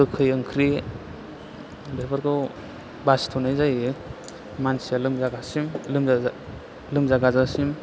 गोखै ओंख्रि बेफोरखौ बासिथ'नाय जायो मानसिया लोमजागाजासिम